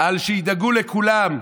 על שידאגו לכולם,